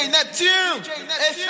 Neptune